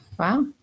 Wow